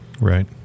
Right